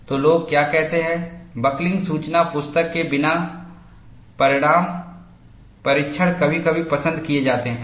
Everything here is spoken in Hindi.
तो लोग क्या कहते हैं बकलिंग सूचना पुस्तक के बिना परीक्षण परिणाम कभी कभी पसंद किए जाते हैं